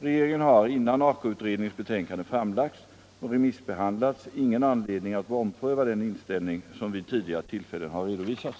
Regeringen har innan Aka-utredningens betänkande framlagts och re missbehandlats ingen anledning att ompröva den inställning som vid tidigare tillfällen har redovisats.